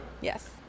Yes